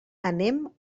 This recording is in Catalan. anem